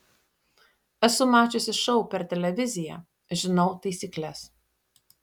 esu mačiusi šou per televiziją žinau taisykles